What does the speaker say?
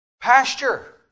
pasture